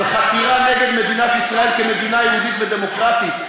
על חתירה נגד מדינת ישראל כמדינה יהודית ודמוקרטית.